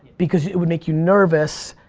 because it would make you nervous,